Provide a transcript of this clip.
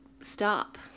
stop